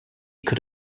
could